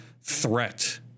threat